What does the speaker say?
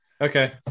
okay